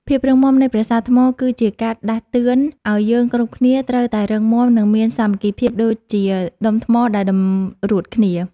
ភាពរឹងមាំនៃប្រាសាទថ្មគឺជាការដាស់តឿនឱ្យយើងគ្រប់គ្នាត្រូវតែរឹងមាំ និង មានសាមគ្គីភាពដូចជាដុំថ្មដែលតម្រួតគ្នា។